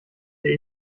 der